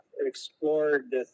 explored